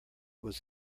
was